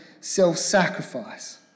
self-sacrifice